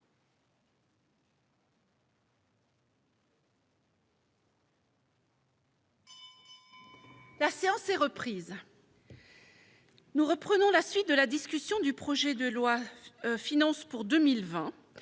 La séance est reprise. Nous reprenons la suite de la discussion du projet de loi finance pour 2020